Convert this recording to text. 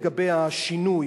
לגבי השינוי,